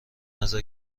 نظر